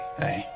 hey